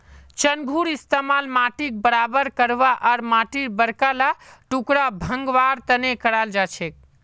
चंघूर इस्तमाल माटीक बराबर करवा आर माटीर बड़का ला टुकड़ा भंगवार तने कराल जाछेक